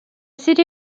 city